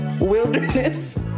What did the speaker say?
wilderness